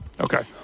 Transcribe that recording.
Okay